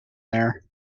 there